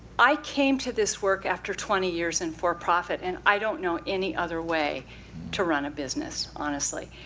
i came to this work after twenty years in for-profit, and i don't know any other way to run a business, honestly.